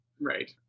Right